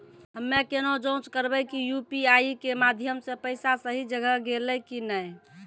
हम्मय केना जाँच करबै की यु.पी.आई के माध्यम से पैसा सही जगह गेलै की नैय?